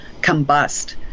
combust